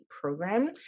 program